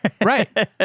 Right